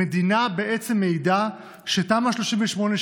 המדינה בעצם מעידה שתמ"א 38,